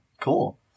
Cool